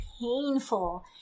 painful